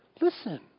Listen